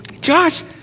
Josh